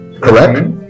Correct